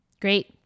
Great